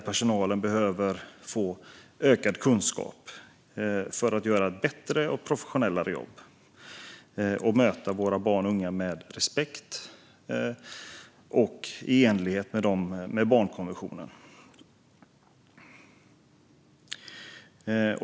Personalen behöver ökad kunskap för att göra ett bättre och mer professionellt jobb, och den ska möta våra barn och unga med respekt och i enlighet med barnkonventionen.